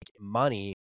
money